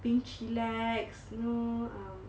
being chillax you know um